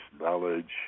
knowledge